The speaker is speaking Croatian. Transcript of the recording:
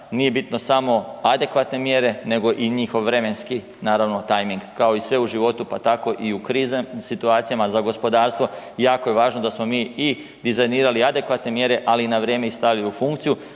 nije bitno samo adekvatne mjere nego i njihov vremenski tajming, kao i sve u životu pa tako i u kriznim situacijama za gospodarstvo jako je važno i dizajnirali adekvatne mjere, ali ih i na vrijeme stavili u funkciju.